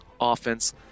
offense